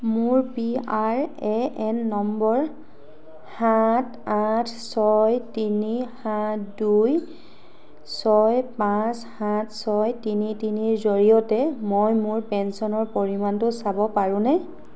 মোৰ P R A N number সাত আঠ ছয় তিনি সাত দুই ছয় পাঁচ সাত ছয় তিনি তিনিৰ জৰিয়তে মই মোৰ পেঞ্চনৰ পৰিমাণটো চাব পাৰোঁনে